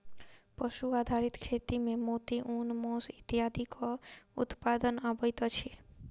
पशु आधारित खेती मे मोती, ऊन, मौस इत्यादिक उत्पादन अबैत अछि